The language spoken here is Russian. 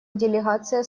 делегация